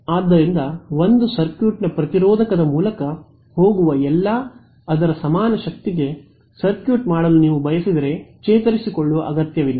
ಆದ್ದರಿಂದ ಒಂದು ಸರ್ಕ್ಯೂಟ್ನ ಪ್ರತಿರೋಧಕದ ಮೂಲಕ ಹೋಗುವ ಅದರ ಸಮಾನ ಶಕ್ತಿಗೆ ಸರ್ಕ್ಯೂಟ್ ಮಾಡಲು ನೀವು ಬಯಸಿದರೆ ಚೇತರಿಸಿಕೊಳ್ಳುವ ಅಗತ್ಯವಿಲ್ಲ